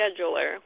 scheduler